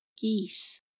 geese